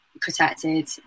protected